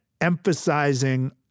emphasizing